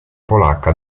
polacca